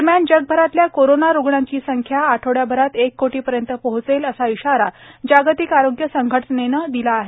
दरम्यान जगभरातल्या कोरोना रुग्णांची संख्या आठवड्याभरात एक कोटी पर्यंत पोहचेल असा इशारा जागतिक आरोग्य संघटनेनं दिला आहे